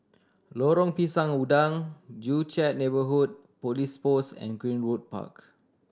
Lorong Pisang Udang Joo Chiat Neighbourhood Police Post and Greenwood Park